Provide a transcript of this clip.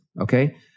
Okay